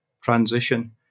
transition